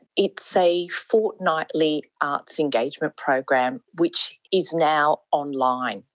it's a fortnightly arts engagement program which is now online,